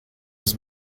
was